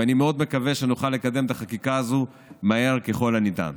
ואני מאוד מקווה שנוכל לקדם את החקיקה הזו מהר ככל הניתן.